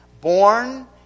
born